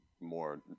more